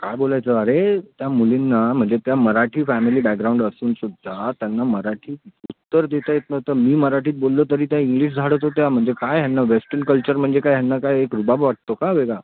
काय बोलायचं अरे त्या मुलींना म्हणजे त्या मराठी फॅमिली बॅग्राऊंड असून सुद्धा त्यांना मराठी उत्तर देता येत नव्हतं मी मराठीत बोललो तरी त्या इंग्लिश झाडत होत्या म्हणजे काय ह्यांना वेस्टर्न कल्चर म्हणजे काय ह्यांना काय एक रुबाब वाटतो का वेगळा